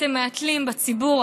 אתם מהתלים בציבור,